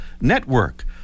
Network